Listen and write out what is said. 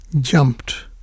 jumped